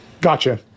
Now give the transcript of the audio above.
gotcha